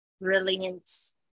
Brilliance